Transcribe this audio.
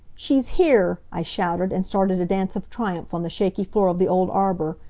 she's here! i shouted, and started a dance of triumph on the shaky floor of the old arbor.